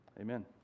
Amen